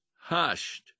hushed